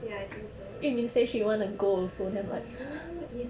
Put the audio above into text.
ya I think so oh yes